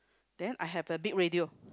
then I have a big radio